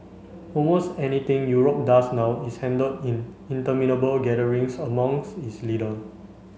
almost anything Europe does now is handled in interminable gatherings amongs its leader